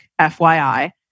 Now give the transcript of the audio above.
FYI